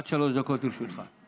עד שלוש דקות לרשותך.